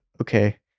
okay